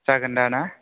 जागोन दा ना